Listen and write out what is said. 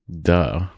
Duh